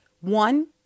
one